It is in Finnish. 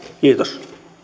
kiitos